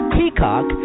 Peacock